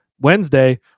Wednesday